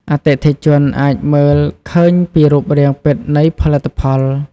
អតិថិជនអាចមើលឃើញពីរូបរាងពិតនៃផលិតផល។